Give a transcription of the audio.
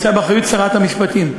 הוא נמצא באחריות שרת המשפטים.